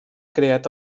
creat